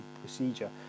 procedure